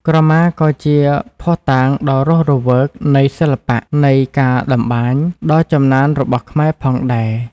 ក្រមាក៏ជាភស្តុតាងដ៏រស់រវើកនៃ សិល្បៈនៃការតម្បាញ ដ៏ចំណានរបស់ខ្មែរផងដែរ។